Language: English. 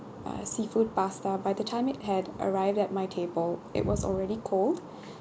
uh seafood pasta by the time it had arrived at my table it was already cold